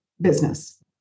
business